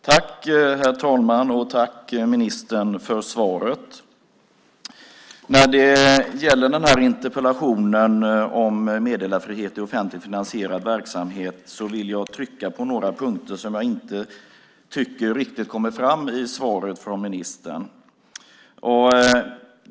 Herr talman! Tack, ministern, för svaret. Den här interpellationen gäller meddelarfrihet i offentligt finansierad verksamhet. Jag vill trycka på några punkter som jag inte tycker kommer fram riktigt i svaret från ministern.